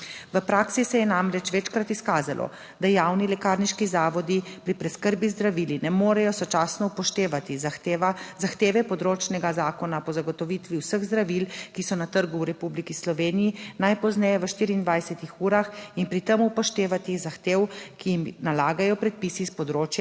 V praksi se je namreč večkrat izkazalo, da javni lekarniški zavodi pri preskrbi z zdravili ne morejo sočasno upoštevati zahteve področnega zakona po zagotovitvi vseh zdravil, ki so na trgu v Republiki Sloveniji najpozneje v 24 urah in pri tem upoštevati zahtev, ki jim nalagajo predpisi s področja